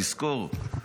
תזכור,